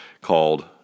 called